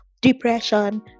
depression